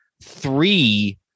three